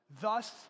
Thus